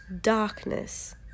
darkness